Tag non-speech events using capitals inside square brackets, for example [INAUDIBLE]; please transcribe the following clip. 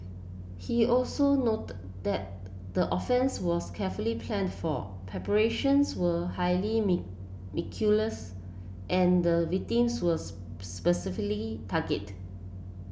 he also noted that the offence was carefully planned for preparations were highly [UNINTELLIGIBLE] meticulous and the victims was [UNINTELLIGIBLE] specifically target